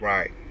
Right